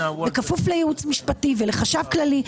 בכפוף לייעוץ משפטי ולחשב כללי,